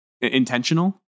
intentional